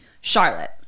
Charlotte